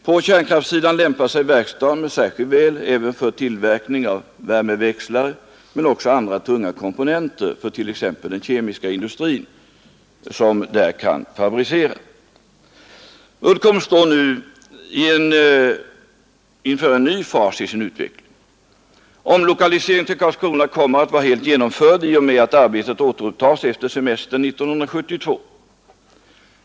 På kärnkraftsidan lämpar sig verkstaden särskilt väl även för tillverkning av t.ex. värmeväxlare. Men också andra tunga komponenter för t.ex. den kemiska industrin kan där fabriceras. Uddcomb står nu inför en ny fas i sin utveckling. Omlokaliseringen till Karlskrona kommer att vara helt genomförd i och med att arbetet återupptas efter semestern 1972.